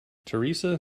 teresa